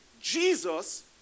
Jesus